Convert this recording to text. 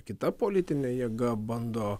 kita politinė jėga bando